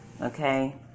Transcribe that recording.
Okay